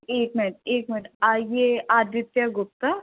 एक मिनट एक मिनट आइए आदित्य गुप्ता